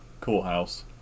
courthouse